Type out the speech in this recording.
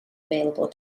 available